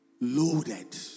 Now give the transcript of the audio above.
Loaded